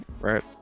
right